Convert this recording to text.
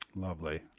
Lovely